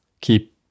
keep